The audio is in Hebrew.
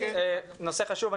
נושא חשוב.